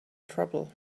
trouble